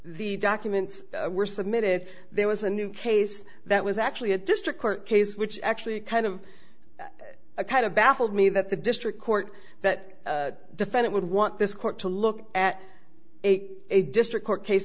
the documents were submitted there was a new case that was actually a district court case which actually kind of a kind of baffled me that the district court that defendant would want this court to look at a district court case